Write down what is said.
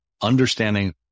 understanding